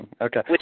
Okay